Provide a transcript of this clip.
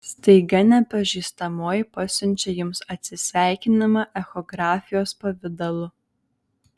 staiga nepažįstamoji pasiunčia jums atsisveikinimą echografijos pavidalu